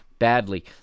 Badly